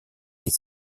des